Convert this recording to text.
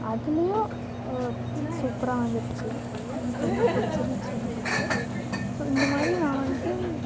அதுலேயும் பிச்சர்ஸ் சூப்பராக வந்துடுச்சி எனக்கு ரொம்ப பிடிச்சிருந்துச்சி அந்த பிச்சர் ஸோ இந்த மாதிரி நான் வந்துட்டு